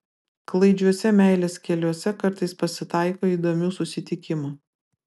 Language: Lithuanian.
klaidžiuose meilės keliuose kartais pasitaiko įdomių susitikimų